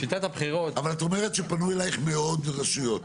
שפנו אליך מעוד רשויות?